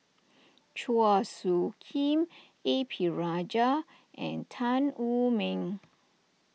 Chua Soo Khim A P Rajah and Tan Wu Meng